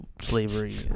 slavery